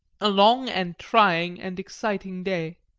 a long and trying and exciting day.